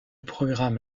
programme